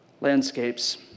landscapes